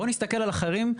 בואו נסתכל על אחרים,